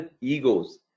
egos